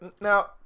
Now